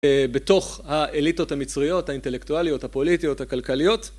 בתוך האליטות המצריות האינטלקטואליות, הפוליטיות, הכלכליות